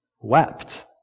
wept